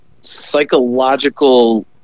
psychological